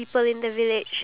what